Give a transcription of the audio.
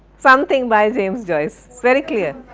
something by james joyce, very clear